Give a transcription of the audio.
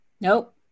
Nope